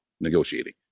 negotiating